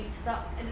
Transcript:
stop